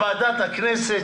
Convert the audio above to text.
לוועדת הכנסת,